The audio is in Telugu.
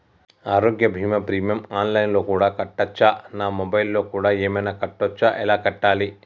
ఆరోగ్య బీమా ప్రీమియం ఆన్ లైన్ లో కూడా కట్టచ్చా? నా మొబైల్లో కూడా ఏమైనా కట్టొచ్చా? ఎలా కట్టాలి?